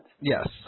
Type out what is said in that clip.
Yes